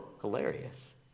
hilarious